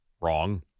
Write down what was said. wrong